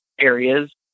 areas